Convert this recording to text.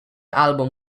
album